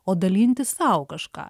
o dalinti sau kažką